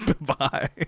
Bye